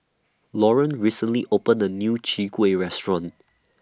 Loren recently opened A New Chwee Kueh Restaurant